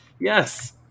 Yes